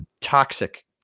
toxic